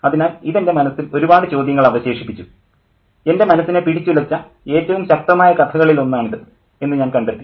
അതിനാൽ ഇത് എൻ്റെ മനസ്സിൽ ഒരുപാട് ചോദ്യങ്ങൾ അവശേഷിപ്പിച്ചു എൻ്റെ മനസ്സിനെ പിടിച്ചുലച്ച ഏറ്റവും ശക്തമായ കഥകളിലൊന്നാണ് ഇത് എന്നു ഞാൻ കണ്ടെത്തി